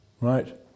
right